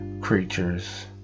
creatures